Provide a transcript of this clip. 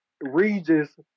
Regis